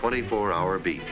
twenty four hour b